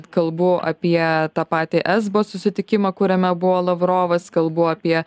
kalbu apie tą patį esbo susitikimą kuriame buvo lavrovas kalbu apie